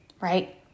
right